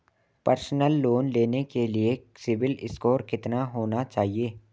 Personal loan लेने के लिए सिबिल स्कोर कितना होना चाहिए?